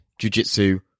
jujitsu